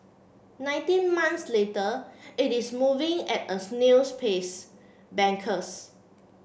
nineteen months later it is moving at a snail's pace bankers